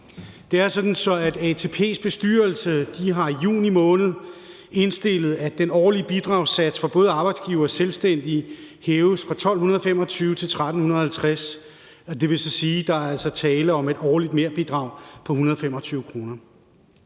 Det er sådan, at ATP's bestyrelse i juni måned indstillede, at den årlige bidragssats for både arbejdsgivere og selvstændige hæves fra 1.225 kr. til 1.350 kr., og det vil sige, at der er tale om et årligt merbidrag på 125 kr.